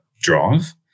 drive